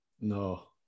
No